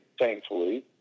thankfully